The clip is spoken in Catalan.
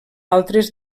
altres